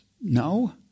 No